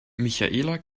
michaela